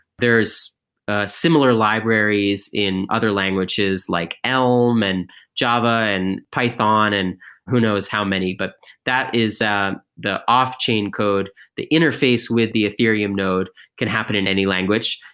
ah similar libraries in other languages like elm, and java, and python and who knows how many, but that is ah the off-chain code. the interface with the ethereum node can happen in any language,